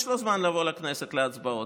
יש לו זמן לבוא לכנסת להצבעות.